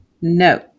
No